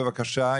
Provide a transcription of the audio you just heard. בבקשה,